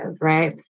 right